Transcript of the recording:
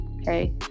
okay